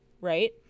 right